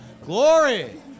glory